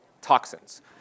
toxins